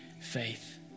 faith